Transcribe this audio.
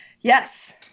Yes